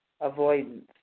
avoidance